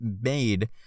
made